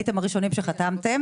הייתם הראשונים שחתמתם,